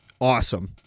awesome